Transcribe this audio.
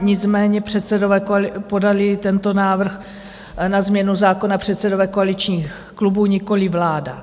Nicméně předsedové podali tento návrh na změnu zákona, předsedové koaličních klubů, nikoliv vláda.